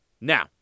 Now